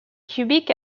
cubic